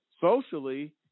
socially